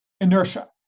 inertia